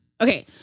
Okay